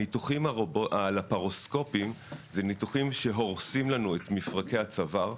הניתוחים הלפרוסקופיים הם ניתוחים שהורסים לנו את מפרקי הצוואר.